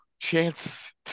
chance